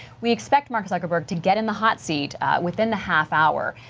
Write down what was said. we expect mark zuckerberg to get in the hot seat within the half hour.